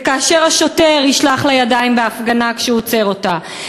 ולא כאשר השוטר ישלח לה ידיים בהפגנה כשהוא עוצר אותה,